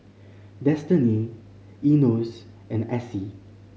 Destinee Enos and Essie